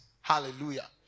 Hallelujah